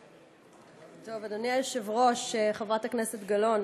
טוב, אדוני היושב-ראש, חברת הכנסת גלאון,